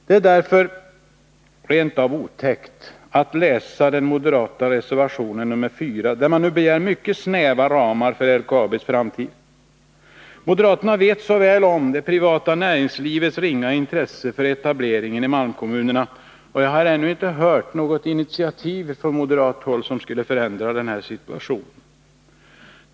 Det är därför rent av otäckt att läsa den moderata reservationen nr 4, där man begär mycket snäva ramar för LKAB:s framtida verksamhet. Moderaterna vet så väl att det privata näringslivet har ett ringa intresse för etablering i malmkommunerna. Jag har ännu inte hört talas om något initiativ från moderat håll som syftar till att förändra situationen.